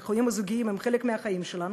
שכן החיים הזוגיים הם חלק מהחיים שלנו,